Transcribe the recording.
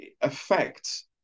affects